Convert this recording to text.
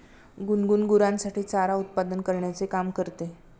गुनगुन गुरांसाठी चारा उत्पादन करण्याचे काम करते